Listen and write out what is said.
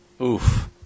Oof